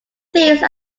these